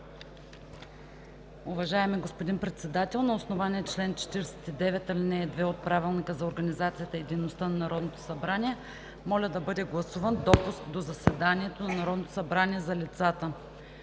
Уважаеми господин Председател, на основание чл. 49, ал. 2 от Правилника за организацията и дейността на Народното събрание моля да бъде гласуван допуск до заседанието на Народното събрание за лицата: